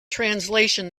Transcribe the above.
translation